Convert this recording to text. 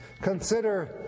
Consider